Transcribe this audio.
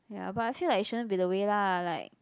ya but I feel like it shouldn't be the way lah like